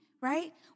right